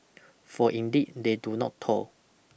for indeed they do not toil